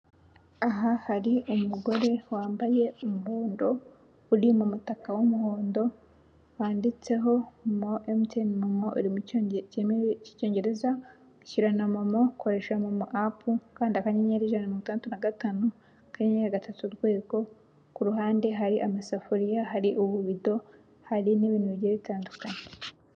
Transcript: Aha hari umugore wambaye umuhondo uri mu mutaka w'umuhondo wanditseho emutiyeni momo biri mu cyongereza ishyura na momo, koresha na momo apu ukandi kanyenyeri ijaja ana mirongo itandatu natandatu na gatanu akanyenya gatatu urwego, kuru ruhande hari amasafuriya hari ububido hari n'ibintu bigiye bitandukanye.